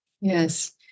yes